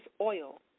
oil